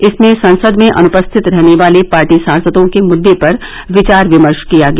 इसमें संसद में अनुपस्थित रहने वाले पार्टी सांसदों के मुद्दे पर विचार विमर्श किया गया